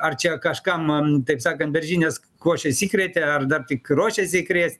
ar čia kažkam taip sakant beržinės košės įkrėtė ar dar tik ruošiasi įkrėst